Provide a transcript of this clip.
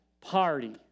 party